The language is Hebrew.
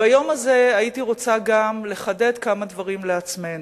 ביום הזה הייתי רוצה גם לחדד כמה דברים לעצמנו,